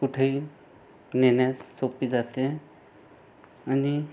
कुठेही नेण्यास सोपी जाते आणि